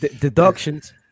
deductions